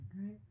right